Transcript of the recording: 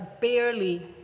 barely